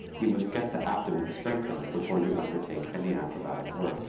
you must get the abdomen strengthened before you undertake any acrobatic work